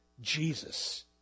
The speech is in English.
Jesus